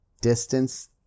distance